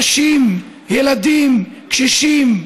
נשים, ילדים, קשישים,